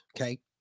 Okay